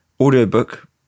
audiobook